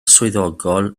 swyddogol